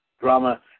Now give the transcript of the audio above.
drama